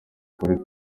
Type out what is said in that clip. kuri